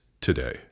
today